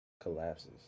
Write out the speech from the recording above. collapses